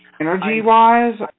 energy-wise